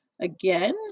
again